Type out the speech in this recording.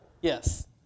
yes